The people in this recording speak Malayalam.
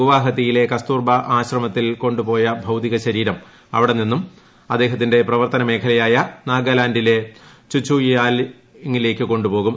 ഗുവഹാത്തിയിലെ കസ്തൂർബ ആശ്രമത്തിൽ കൊണ്ടു പോയ ഭൌതികശരീരം അവിടെ നിന്നും അദ്ദേഹത്തിന്റെ പ്രവർത്തന മേഖലയായ നാഗാലാന്റിലെ ചുചുയിംലാങിലേയ്ക്ക് കൊണ്ടു പോകും